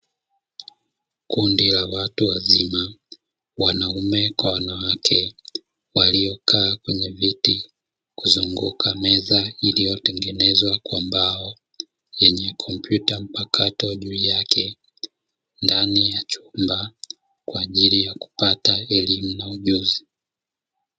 Kundi la watu wazima wanaume kwa wanawake waliokaa kwenye viti kuzunguka meza iliyotengenezwa kwa mbao yenye kompyuta mpakato juu yake ndani ya chumba, kwa ajili ya kupata elimu na ujuzi.